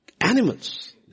animals